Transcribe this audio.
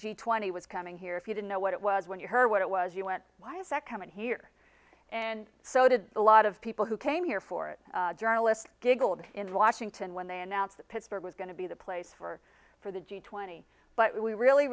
g twenty was coming here if you didn't know what it was when you heard what it was you went why is that coming here and so did a lot of people who came here for it journalist giggled in washington when they announced that pittsburgh was going to be the place for for the g twenty but we really